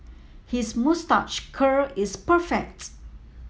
his moustache curl is perfect